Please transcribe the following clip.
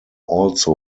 also